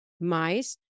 mice